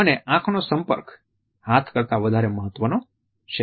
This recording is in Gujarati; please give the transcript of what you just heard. અને આંખનો સંપર્ક હાથ કરતા વધારે મહત્વનો છે